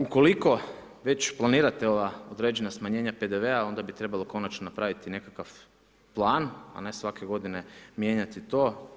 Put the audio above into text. Ukoliko već planirate ova određena smanjenja PDV-a, onda bi trebalo konačno napraviti nekakav plan, a ne svake godine mijenjati to.